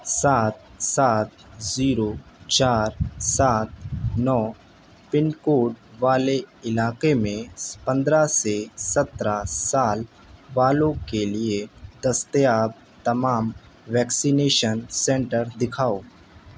سات سات زیرو چار سات نو پن کوڈ والے علاقے میں پندرہ سے سترہ سال والوں کے لیے دستیاب تمام ویکسینیشن سینٹر دکھاؤ